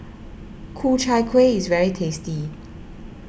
Ku Chai Kuih is very tasty